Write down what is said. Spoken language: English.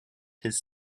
his